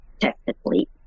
technically